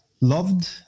loved